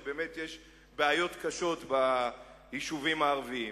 כי באמת יש בעיות קשות ביישובים הערביים.